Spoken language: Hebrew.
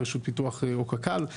רשות הפיתוח או קק״ל.